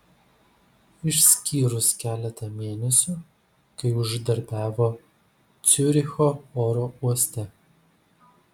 išskyrus keletą mėnesių kai uždarbiavo ciuricho oro uoste